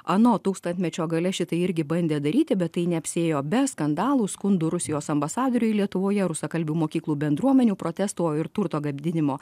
ano tūkstantmečio gale šitai irgi bandė daryti bet tai neapsiėjo be skandalų skundų rusijos ambasadoriui lietuvoje rusakalbių mokyklų bendruomenių protestų ir turto gadinimo